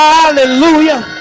Hallelujah